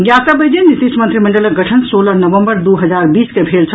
ज्ञातव्य अछि जे नीतीश मंत्रिमंडलक गठन सोलह नवम्बर दू हजार बीस के भेल छल